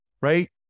right